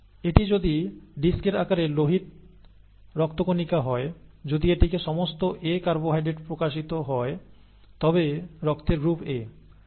এটি যদি ডিস্কের আকারের লোহিত রক্তকণিকা হয় যদি এটিতে সমস্ত A কার্বোহাইড্রেট প্রকাশিত হয় তবে রক্তের গ্রুপ A